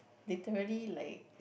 literally like